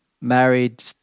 married